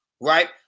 right